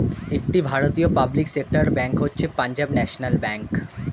একটি ভারতীয় public sector bank হচ্ছে পাঞ্জাব ন্যাশনাল ব্যাঙ্ক